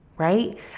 right